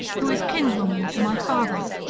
who is kinswoman to my father.